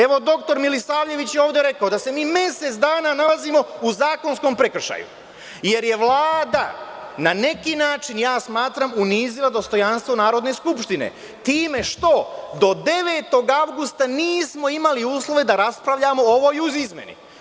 Evo dr Milisavljević je ovde rekao da se mi mesec dana ovde nalazimo u zakonskom prekršaju, jer je Vlada na neki način, ja smatram, unizila dostojanstvo Narodne skupštine time što do 9. avgusta nismo imali uslove da raspravljamo o ovoj izmeni.